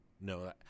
No